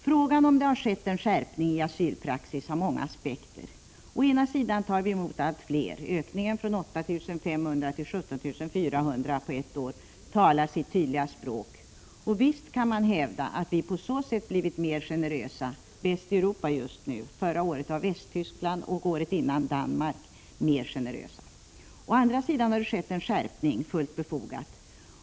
Frågan om huruvida det har skett en skärpning i asylpraxis har många aspekter: Å ena sidan tar vi emot allt fler — ökningen från 8 500 till 17 400 flyktingar på ett år talar sitt tydliga språk — och visst kan man hävda att vi på så sätt blivit mer generösa, bäst i Europa just nu. Förra året var man mer generös i Västtyskland och året innan i Danmark. Å andra sidan har det skett en skärpning, fullt befogat.